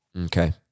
Okay